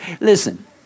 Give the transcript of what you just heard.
Listen